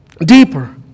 Deeper